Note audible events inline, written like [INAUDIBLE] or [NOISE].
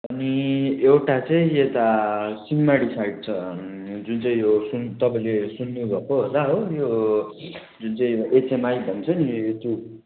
अनि एउटा चाहिँ यता सिङमारी साइड छ जुन चाहिँ यो सुन तपाईँले सुन्नु भएको होला हो यो जुन चाहिँ एचएमआई भन्छ नि [UNINTELLIGIBLE]